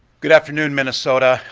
good afternoon, minnesota.